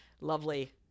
lovely